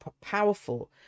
powerful